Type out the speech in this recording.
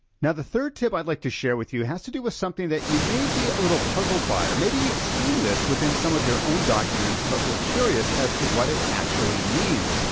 now the third tip i'd like to share with you has to do with something that you may be a little puzzled by or maybe you've seen this within some of your own documents but were curious as to what it actually means.